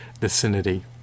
vicinity